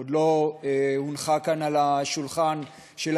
היא עוד לא הונחה כאן על שולחן המליאה,